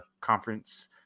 conference